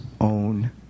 own